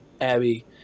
Abby